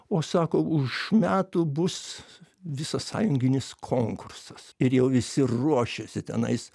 o sako už metų bus visasąjunginis konkursas ir jau visi ruošiasi tenais